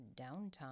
downtime